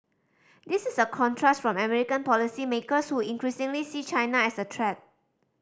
this is a contrast from American policymakers who increasingly see China as a threat